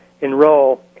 enroll